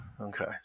Okay